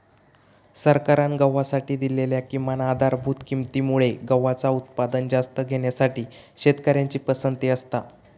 सरकारान गव्हासाठी दिलेल्या किमान आधारभूत किंमती मुळे गव्हाचा उत्पादन जास्त घेण्यासाठी शेतकऱ्यांची पसंती असता